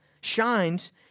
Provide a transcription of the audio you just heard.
shines